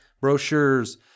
brochures